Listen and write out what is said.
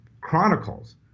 chronicles